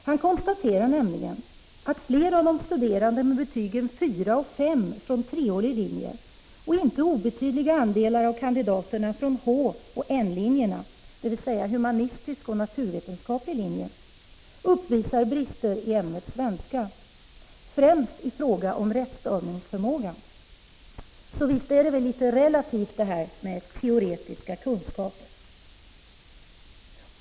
Han konstaterar nämligen också att studerande med betygen 4 och 5 från treårig linje och inte obetydliga andelar av kandidaterna från H och N-linjerna uppvisat brister i ämnet svenska, främst i fråga om rättstavningsförmågan. Så visst är det väl litet relativt det här med teoretiska kunskaper?